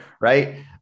right